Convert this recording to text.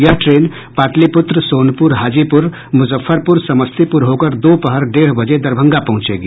यह ट्रेन पाटलिपुत्र सोनपुर हाजीपुर मुजफ्फरपुर समस्तीपुर होकर दोपहर डेढ़ बजे दरभंगा पहुँचेगी